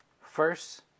First